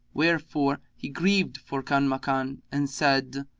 wherefore he grieved for kanmakan and said,